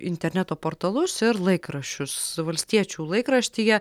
interneto portalus ir laikraščius valstiečių laikraštyje